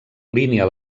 línia